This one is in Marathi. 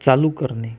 चालू करणे